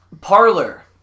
parlor